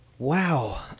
Wow